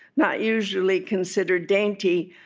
not usually considered dainty,